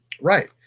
Right